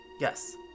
Yes